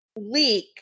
leak